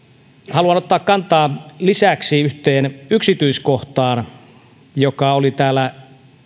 haluan ottaa kantaa lisäksi yhteen yksityiskohtaan joka oli täällä